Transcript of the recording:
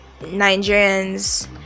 Nigerians